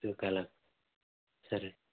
Truecaller సరే